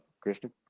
Christian